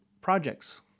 projects